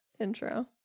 intro